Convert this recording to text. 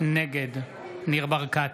נגד ניר ברקת,